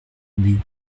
ubu